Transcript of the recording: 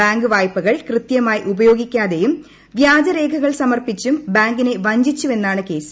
bank വായ്പകൾ കൃത്യമായി ഉപയോഗിക്കാതെയും വ്യാജ രേഖകൾ സമർപ്പിച്ചും ബാങ്കിനെ വഞ്ചിച്ചു എന്നാണ് കേസ്